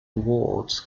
wards